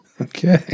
Okay